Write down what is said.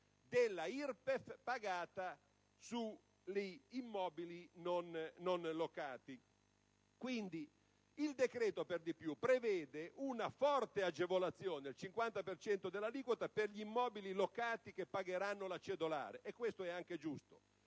dell'IRPEF pagata sugli immobili non locati. Il decreto, per di più, prevede una forte agevolazione, del 50 per cento dell'aliquota, per gli immobili locati che pagheranno la cedolare, e questo è anche giusto,